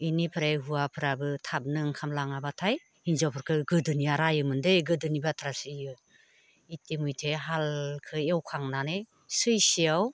बेनिफ्राय हौवाफ्राबो थाबनो ओंखाम लाङाबाथाय हिनजावफोरखौ गोदोनिया रायोमोन दै गोदोनि बाथ्रासो बेयो इटिमयधे हालखौ एवखांनानै सैसेयाव